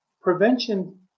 prevention